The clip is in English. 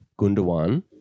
Gundawan